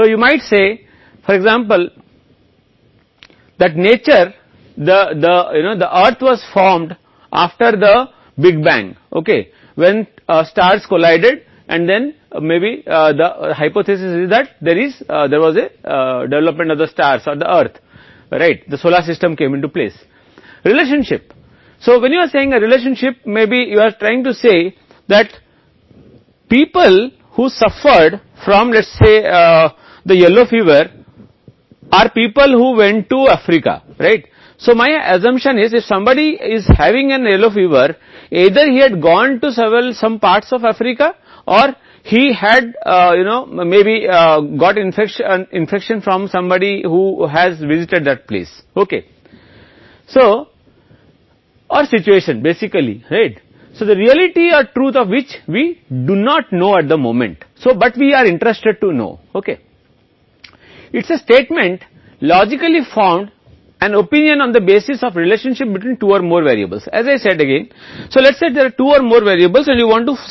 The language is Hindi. किसी घटना के बारे में धारणा या विचार सही है तो आप उदाहरण के लिए कह सकते हैं कि पृथ्वी का निर्माण बड़े धमाके के बाद हुआ था जब तारे टकराए थे और तब हो सकते हैं परिकल्पना यह है कि सौर सही पृथ्वी पर सितारों का एक विकास था जब आप कह रहे हैं कि सिस्टम कोशिश कर रहा है तो जो लोग पीत ज्वर से पीड़ित थे वे लोग हैं जो सही सलामत अफ्रीका गए थे इसलिए मेरी धारणा यह है कि अगर किसी को पीला बुखार हो रहा है या तो वह कई लोगों के पास गया है अफ्रीका के कुछ हिस्सों या वह जानता था कि उस व्यक्ति से संक्रमण हो सकता है जिसने उस यात्रा की है इसलिए हमारी स्थिति मूल रूप से सही है यह तार्किक रूप से गठित है दो या दो से अधिक चरों के बीच संबंध के आधार पर कहा कि दो या अधिक चर और एक संबंध बनाना चाहते हैं जैसा कि पीत ज्वर से पीड़ित अफ्रीकी मामला है